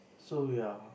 so ya